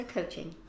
Coaching